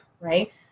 right